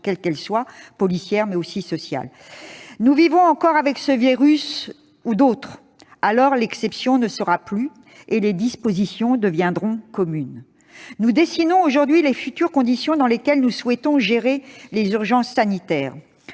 quelles qu'elles soient, policières ou sociales. Nous vivrons encore avec ce virus, ou avec d'autres : alors, l'exception ne sera plus, et les dispositions deviendront communes. Nous définissons aujourd'hui les conditions dans lesquelles nous souhaitons gérer les urgences sanitaires